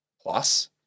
plus